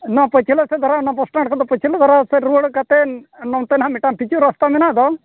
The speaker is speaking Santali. ᱱᱚᱣᱟ ᱯᱟᱹᱪᱷᱞᱟᱹ ᱥᱮᱫ ᱫᱷᱟᱨᱟ ᱚᱱᱟ ᱵᱚᱥᱴᱮᱱ ᱠᱷᱚᱱ ᱫᱚ ᱯᱟᱹᱪᱷᱞᱟᱹ ᱫᱷᱟᱨᱟ ᱥᱮᱫ ᱨᱩᱣᱟᱹᱲ ᱠᱟᱛᱮᱫ ᱱᱚᱱᱛᱮ ᱦᱟᱸᱜ ᱢᱤᱫᱴᱟᱱ ᱯᱤᱪ ᱨᱟᱥᱛᱟ ᱢᱮᱱᱟᱜ ᱫᱚ